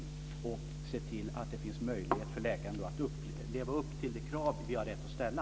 Vi måste se till att det finns en möjlighet för läkaren att leva upp till de krav som vi har rätt att ställa.